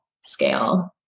scale